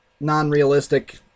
non-realistic